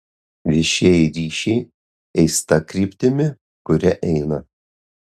viešieji ryšiai eis ta kryptimi kuria eina